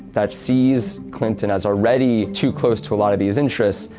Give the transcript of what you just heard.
that sees clinton as already too close to a lot of these interests,